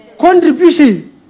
Contribution